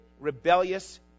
rebellious